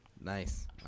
Nice